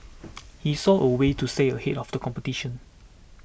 he saw a way to stay ahead of the competition